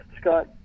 Scott